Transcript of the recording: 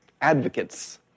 advocates